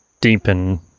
deepen